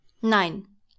Nein